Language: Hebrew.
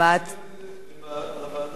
לוועדה לביקורת המדינה.